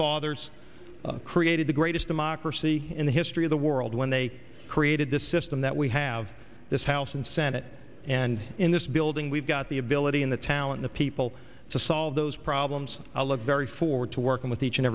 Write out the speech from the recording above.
fathers created the greatest democracy in the history of the world when they created this system that we have this house and senate and in this building we've got the ability in the talent of people to solve those problems i love very forward to working with each and